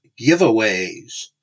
giveaways